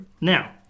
Now